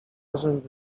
rzędy